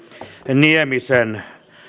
niemisen lausunnot kirjoitin